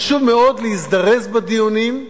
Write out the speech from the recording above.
חשוב מאוד להזדרז בדיונים,